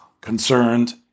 concerned